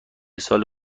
سال